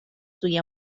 سوی